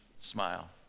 Smile